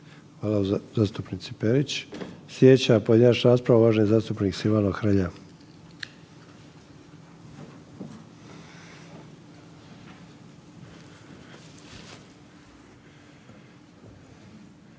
Hvala zastupnici Perić. Slijedeća pojedinačna rasprava uvaženi zastupnik Silvano Hrelja. **Hrelja,